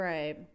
Right